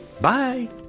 bye